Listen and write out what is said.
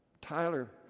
Tyler